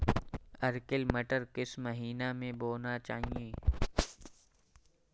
Arkel मटर किस महीना में बोना चाहिए?